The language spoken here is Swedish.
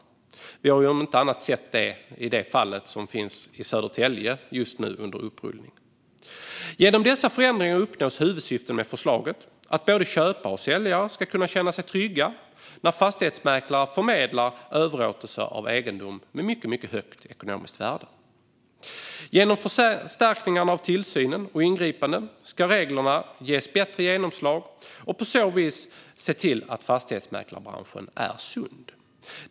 Det har vi sett inte minst i ett fall i Södertälje som just nu har rullats upp. Genom dessa förändringar uppnås huvudsyftet med förslagen, det vill säga att både köpare och säljare ska kunna känna sig trygga när fastighetsmäklare förmedlar överlåtelse av egendom med mycket högt ekonomiskt värde. Genom förstärkningar av tillsyn och ingripande ska reglerna ges bättre genomslag och på så vis se till att fastighetsmäklarbranschen är sund.